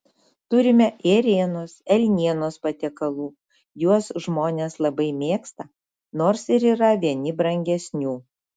turime ėrienos elnienos patiekalų juos žmonės labai mėgsta nors ir yra vieni brangesnių